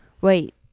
Wait